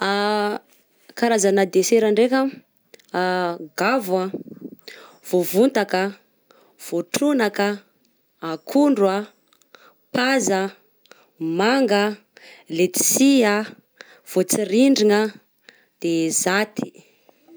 Karazana desera ndraiky: gavo vovontako, vôtronaka, akondro, paza, manga, ledsy, vôtsirindrina de zaty.